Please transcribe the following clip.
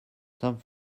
some